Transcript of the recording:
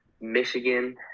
michigan